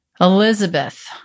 Elizabeth